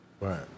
Right